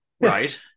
Right